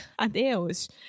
adeus